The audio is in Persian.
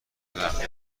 هفته